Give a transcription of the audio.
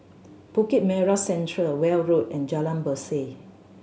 Bukit Merah Central Weld Road and Jalan Berseh